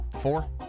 Four